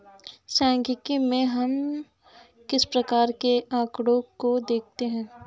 सांख्यिकी में हम किस प्रकार के आकड़ों को देखते हैं?